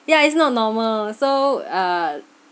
yeah it's not normal so uh